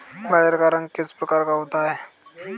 गाजर का रंग किस प्रकार का होता है?